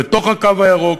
בתוך הקו הירוק.